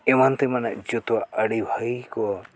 ᱮᱢᱟᱱ ᱛᱮᱢᱟ ᱡᱚᱛᱚᱣᱟᱜ ᱟᱹᱰᱤ ᱵᱷᱟᱜᱮ ᱠᱚ